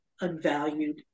unvalued